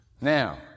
Now